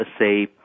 say